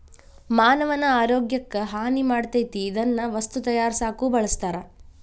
ಮಾನವನ ಆರೋಗ್ಯಕ್ಕ ಹಾನಿ ಮಾಡತತಿ ಇದನ್ನ ವಸ್ತು ತಯಾರಸಾಕು ಬಳಸ್ತಾರ